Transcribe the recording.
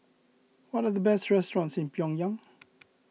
what are the best restaurants in Pyongyang